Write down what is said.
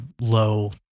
low